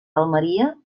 almeria